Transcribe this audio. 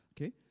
okay